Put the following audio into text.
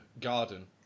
garden